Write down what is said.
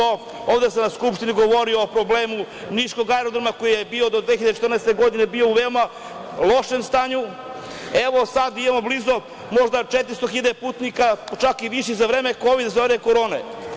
Ovde sam na skupštini govorio o problemu niškog aerodroma koji je bio do 2014. godine, bio u veoma lošem stanju, evo sada imamo blizu možda 400.000 putnika, čak i više za vreme kovid, za vreme korone.